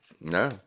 no